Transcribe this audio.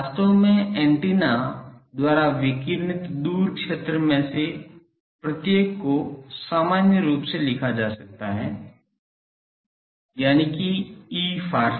वास्तव में ऐन्टेना द्वारा विकिरणित दूर क्षेत्र में से प्रत्येक को सामान्य रूप में लिखा जा सकता है यानिकि Efar field